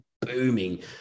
booming